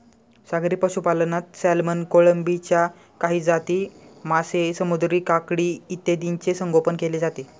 सागरी पशुपालनात सॅल्मन, कोळंबीच्या काही जाती, मासे, समुद्री काकडी इत्यादींचे संगोपन केले जाते